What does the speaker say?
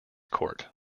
court